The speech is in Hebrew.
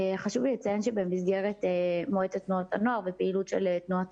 חשוב לי לציין שבמסגרת מועצת תנועות הנוער ופעילות תנועות